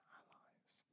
Allies